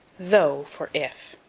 though for if.